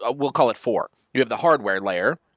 ah we'll call it four. you have the hardware layer.